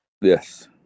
Yes